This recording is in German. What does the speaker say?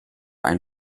ein